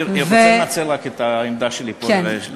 אני רוצה לנצל רק את העמדה שלי פה לדקה.